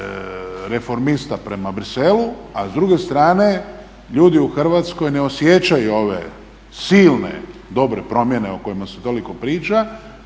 reformista prema Briselu. A s druge strane ljudi u Hrvatskoj ne osjećaju ove silne dobre promjene o kojima se toliko priča